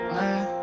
Man